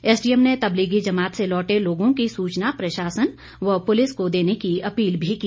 SDM ने तबलीगी जमात से लौटै लोगों की सूचना प्रशासन व पुलिस को देने की अपील भी की